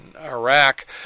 Iraq